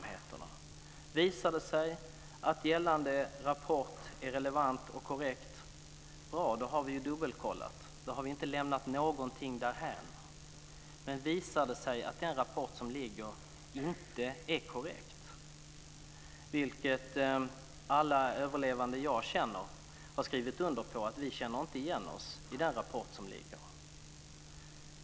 Om det visar sig att gällande rapport är relevant och korrekt, bra, då har vi dubbelkollat och inte lämnat någonting därhän. Men det kunde också visa sig att den rapport som ligger inte är korrekt - alla överlevande jag känner har skrivit under på att vi inte känner igen oss i den rapport som ligger.